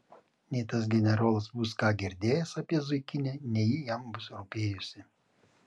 nei tas generolas bus ką girdėjęs apie zuikinę nei ji jam bus rūpėjusi